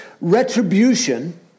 retribution